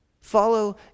Follow